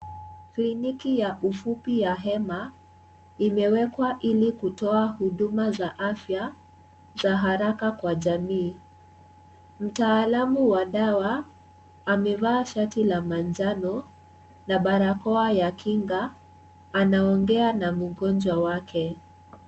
Kiliniki ya ufupi ya hema imewekwa hili kutoa huduma za afya za haraka kwa jamii ,mtaalamu wa dawa amevaa shati la njana na barakoa ya kinga anaongea na mgonjwa wake.